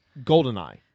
Goldeneye